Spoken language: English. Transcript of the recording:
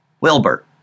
Wilbur